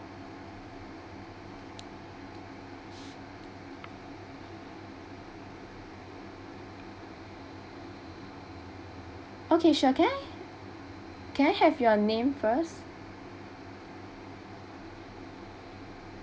okay sure can I can I have your name first